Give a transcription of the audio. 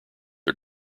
are